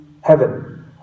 heaven